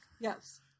Yes